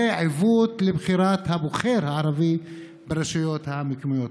זה עיוות של בחירת הבוחר הערבי ברשויות המקומיות.